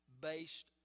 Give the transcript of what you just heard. based